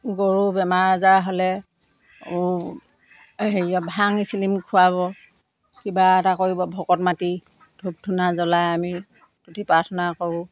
গৰু বেমাৰ আজাৰ হ'লে হেৰি ভাং এছিলিম খুৱাব কিবা এটা কৰিব ভকত মাটি ধূপ ধূনা জ্বলাই আমি তুতি প্ৰাৰ্থনা কৰোঁ